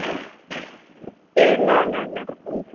ए ल ल ल हुन्छ